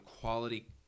quality